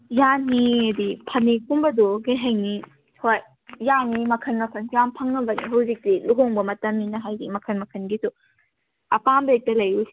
ꯌꯥꯅꯤ ꯍꯥꯏꯗꯤ ꯐꯅꯦꯛꯀꯨꯝꯕꯗꯣ ꯀꯩ ꯍꯥꯏꯅꯤ ꯍꯣꯏ ꯌꯥꯅꯤ ꯃꯈꯟ ꯃꯈꯟ ꯌꯥꯝ ꯐꯪꯉꯕꯅꯦ ꯍꯧꯖꯤꯛꯇꯤ ꯂꯨꯍꯣꯡꯕ ꯃꯇꯝꯅꯤꯅ ꯍꯥꯏꯗꯤ ꯃꯈꯟ ꯃꯈꯟꯒꯤꯁꯨ ꯑꯄꯥꯝꯕ ꯍꯦꯛꯇ ꯂꯩ